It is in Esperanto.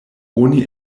oni